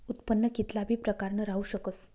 उत्पन्न कित्ला बी प्रकारनं राहू शकस